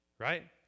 Right